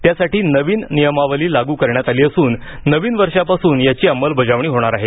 त्यासाठी नवीन नियमावली लागू करण्यात आली असून नवीन वर्षापासून याची अंमलबजावणी होणार आहे